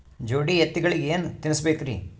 ಜೋಡಿ ಎತ್ತಗಳಿಗಿ ಏನ ತಿನಸಬೇಕ್ರಿ?